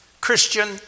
Christian